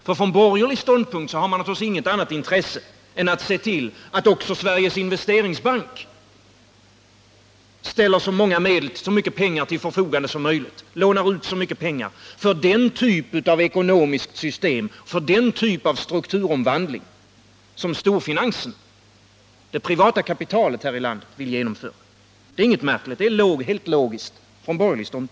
Från borgerlig synpunkt har man naturligtvis inget annat intresse än att se till att också Sveriges Investeringsbank ställer så mycket pengar som möjligt till förfogande för den typ av ekonomiskt system och den typ av strukturomvandling som storfinansen och det privata kapitalet här i landet vill genomföra. Det är ingenting märkligt, det är helt logiskt från borgerlig ståndpunkt.